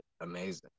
amazing